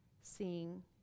seeing